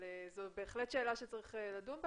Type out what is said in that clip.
זו בהחלט שאלה שצריך לדון בה